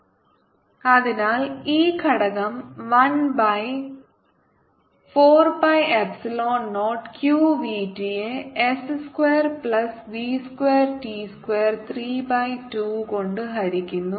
Ecomp Ecosθcosθ vts2v2t2Ecomp 14π0 qvts2v2t232z അതിനാൽ ഇ ഘടകം 1 by 4 pi epsilon naught q v t യെ s square plus v square t square 3 by 2 കൊണ്ട് ഹരിക്കുന്നു